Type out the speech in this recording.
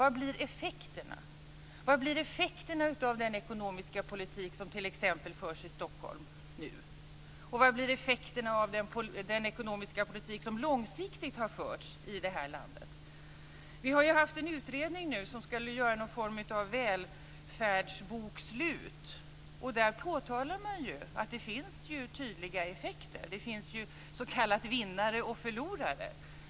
Vad blir effekterna av den ekonomiska politik som t.ex. förs i Stockholm nu? Vad blir effekterna av den ekonomiska politik som långsiktigt har förts i detta land? Vi har haft en utredning som skulle göra någon form av välfärdsbokslut. Där påtalar man att det finns tydliga effekter. Det finns s.k. vinnare och förlorare.